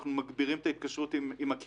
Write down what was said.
אנחנו מגבירים את ההתקשרות עם הקהילה.